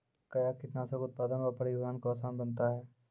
कया कीटनासक उत्पादन व परिवहन को आसान बनता हैं?